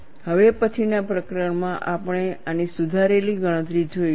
હવે પછીના પ્રકરણમાં આપણે આની સુધારેલી ગણતરી જોઈશું